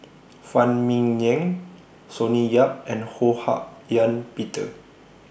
Phan Ming Yen Sonny Yap and Ho Hak Ean Peter